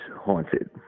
haunted